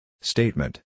Statement